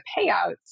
payouts